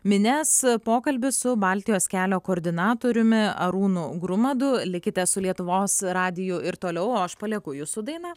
minias pokalbis su baltijos kelio koordinatoriumi arūnu grumadu likite su lietuvos radiju ir toliau o aš palieku jus su daina